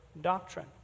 doctrine